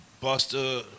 Buster